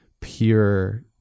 pure